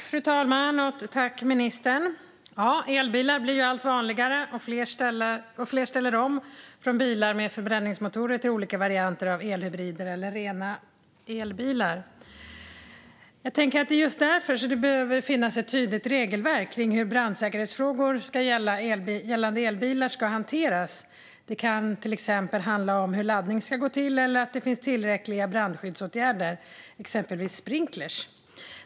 Fru talman! Tack för svaret, ministern! Elbilar blir allt vanligare, och fler ställer om från bilar med förbränningsmotorer till olika varianter av elhybrider eller rena elbilar. Jag tänker att det just därför behöver finnas ett tydligt regelverk för hur brandsäkerhetsfrågor gällande elbilar ska hanteras. Det kan till exempel handla om hur laddning ska gå till eller om att det ska finnas tillräckliga brandskyddsåtgärder, exempelvis sprinkler.